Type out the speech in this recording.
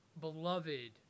beloved